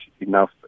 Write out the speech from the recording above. enough